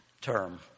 term